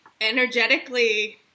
energetically